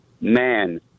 man